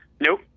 Nope